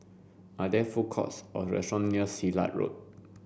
are there food courts or restaurants near Silat Road